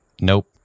Nope